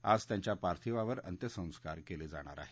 आज त्यांच्या पार्थिवावर अंत्यसंस्कार केले जाणार आहेत